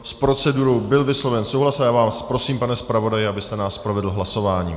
S procedurou byl vysloven souhlas a já vás prosím, pane zpravodaji, abyste nás provedl hlasováním.